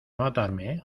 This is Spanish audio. matarme